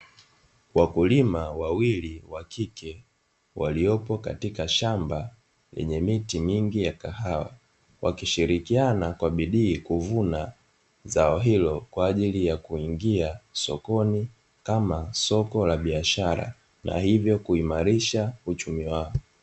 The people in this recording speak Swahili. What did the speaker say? Wakulima wawili wakike waliopo katika shamba lenye miti mingi ya kahawa, wakishirikiana kwa bidii kuvuna zao hilo kwa ajili ya kuingia sokoni kama soko la biashara na hivyo kuimarisha uchumi wao.